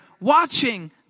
watching